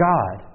God